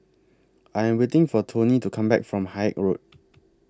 I Am waiting For Toney to Come Back from Haig Road